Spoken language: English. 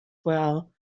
well